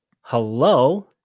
Hello